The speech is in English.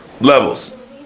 levels